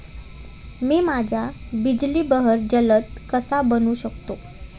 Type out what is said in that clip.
मी माझ्या बिजली बहर जलद कसा बनवू शकतो?